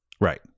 Right